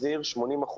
שה-80%